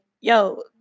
Yo